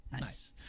nice